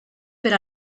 per